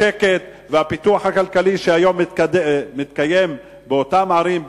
השקט והפיתוח הכלכלי שהיום מתקיים באותן ערים,